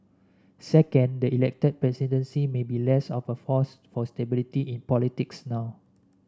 second the elected presidency may be less of a force for stability in politics now